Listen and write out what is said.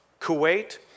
Kuwait